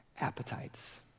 Appetites